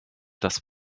das